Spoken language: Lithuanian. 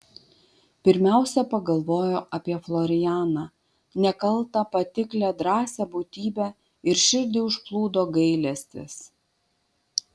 pirmiausia pagalvojo apie florianą nekaltą patiklią drąsią būtybę ir širdį užplūdo gailestis